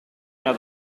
una